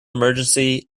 emergency